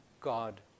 God